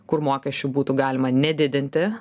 kur mokesčių būtų galima nedidinti